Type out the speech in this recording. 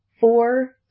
Four